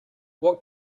what